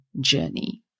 journey